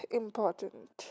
important